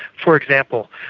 for example,